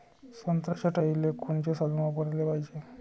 संत्रा छटाईले कोनचे साधन वापराले पाहिजे?